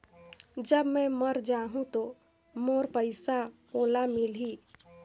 जब मै मर जाहूं तो मोर पइसा ओला मिली?